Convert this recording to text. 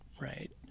Right